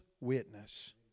witness